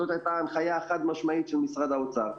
זו היתה הנחיה חד משמעית של משרד האוצר.